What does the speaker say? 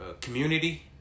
Community